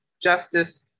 justice